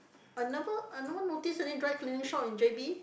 I never I never notice any dry cleaning shop in j_b